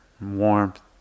warmth